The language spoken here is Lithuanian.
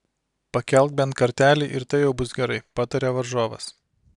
pakelk bent kartelį ir tai jau bus gerai pataria varžovas